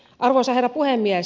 arvoisa herra puhemies